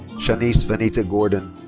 shanice venita gordon.